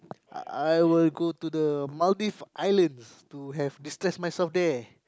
I I will go to the Maldives islands to have distance myself there